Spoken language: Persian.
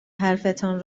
حرفتان